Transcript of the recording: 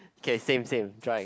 k same same dried